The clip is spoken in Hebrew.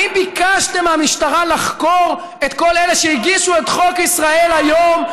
האם ביקשתם מהמשטרה לחקור את כל אלה שהגישו את חוק ישראל היום,